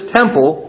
temple